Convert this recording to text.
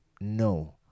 No